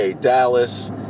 Dallas